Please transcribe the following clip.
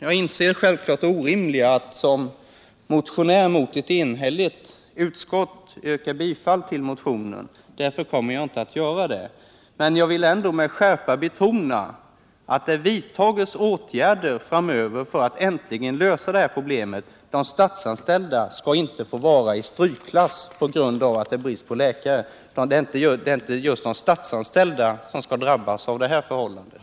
Jag inser självfallet det orimliga i att yrka bifall till motionen mot ett enhälligt utskott. Därför kommer jag inte att göra det. Men jag vill ändå med skärpa betona att det måste vidtas åtgärder framöver för att äntligen lösa det här problemet. De statsanställda skall inte vara i strykklass därför att det råder brist på läkare; det är inte just de statsanställda som skall drabbas av det förhållandet.